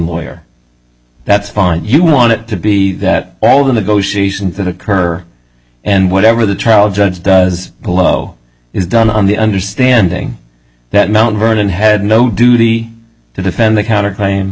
lawyer that's fine you want it to be that all the negotiations that occur and whatever the trial judge does below is done on the understanding that mount vernon had no duty to defend the counter claim